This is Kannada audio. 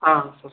ಹಾಂ ಸರ್